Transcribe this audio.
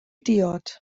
diod